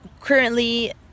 currently